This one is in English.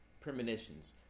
premonitions